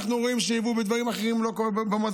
אנחנו רואים שיבוא בדברים אחרים במזון,